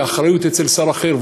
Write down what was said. האחריות אצל שר אחר,